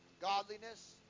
godliness